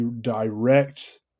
direct